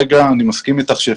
נמצא לזה פתרון.